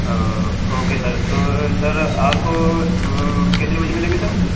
okay sir تو sir آپ کتنے بجے ملیں گے سر مجھے